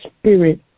spirit